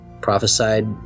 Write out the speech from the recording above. Prophesied